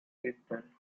existent